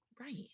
right